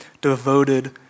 devoted